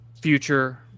Future